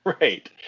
Right